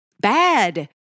bad